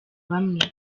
bamwe